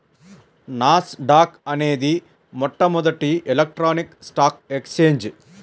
నాస్ dock అనేది మొట్టమొదటి electronic stock exchange